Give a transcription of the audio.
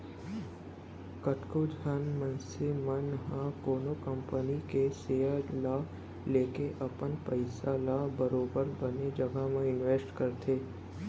कतको झन मनसे मन ह कोनो कंपनी के सेयर ल लेके अपन पइसा ल बरोबर बने जघा म निवेस करथे